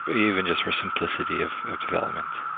even just for simplicity of development,